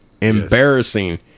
embarrassing